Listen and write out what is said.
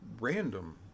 random